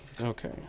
Okay